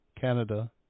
Canada